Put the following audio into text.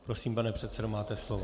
Prosím, pane předsedo, máte slovo.